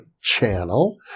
channel